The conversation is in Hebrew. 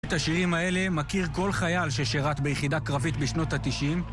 את השירים האלה מכיר כל חייל ששרת ביחידה קרבית בשנות התשעים